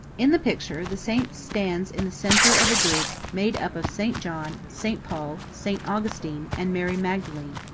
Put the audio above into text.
in the picture the saint stands in the centre of a group made up of st. john, st. paul, st. augustine, and mary magdalene.